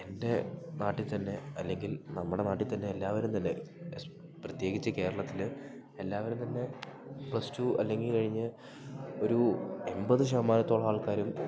എൻ്റെ നാട്ടിൽത്തന്നെ അല്ലങ്കിൽ നമ്മുടെ നാട്ടിൽത്തന്നെ എല്ലാവരുംതന്നെ പ്രത്യേകിച്ച് കേരളത്തിൽ എല്ലാവരുംതന്നെ പ്ലസ് റ്റു അല്ലെങ്കിൽ കഴിഞ്ഞ് ഒരു എമ്പത് ശതമാനത്തോളം ആൾക്കാരും